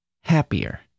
Happier